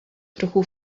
trochu